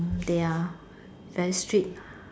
they are very strict